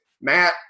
Matt